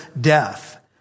death